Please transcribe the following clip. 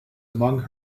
among